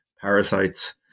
parasites